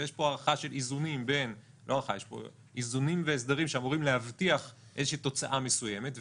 ויש פה איזונים והסדרים שאמורים להבטיח תוצאה מסוימת,